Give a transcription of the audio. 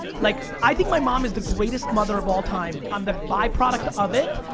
like i think my mom is the greatest mother of all time. i'm the by-product of it,